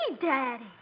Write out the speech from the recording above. Daddy